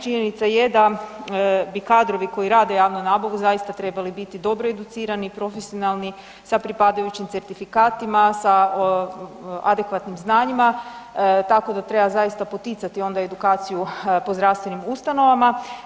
Činjenica je da bi kadrovi koji rade javnu nabavu zaista trebali biti dobro educirani, profesionalni, sa pripadajućim certifikatima, sa adekvatnim znanjima, tako da treba zaista poticati onda edukaciju po zdravstvenim ustanovama.